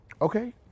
Okay